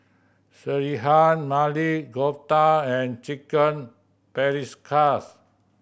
Sekihan Maili Kofta and Chicken Paprikas